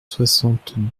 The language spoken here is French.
soixante